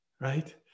right